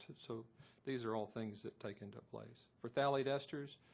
so these are all things that take into place. for phthalate esters,